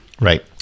right